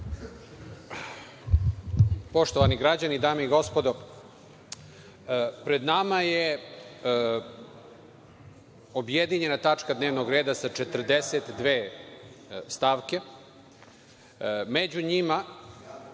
Poštovani građani, dame i gospodo, pred nama je objedinjena tačka dnevnog reda sa 42 stavke. Među njima